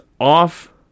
off